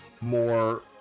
more